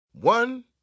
One